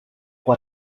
pour